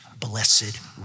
blessed